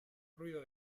ruido